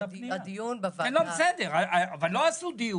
הדיון בוועדה -- אבל לא עשו דיון.